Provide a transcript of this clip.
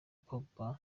pogba